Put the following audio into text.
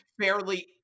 fairly